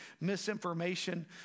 misinformation